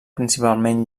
principalment